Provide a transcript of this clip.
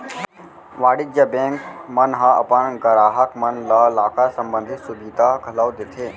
वाणिज्य बेंक मन ह अपन गराहक मन ल लॉकर संबंधी सुभीता घलौ देथे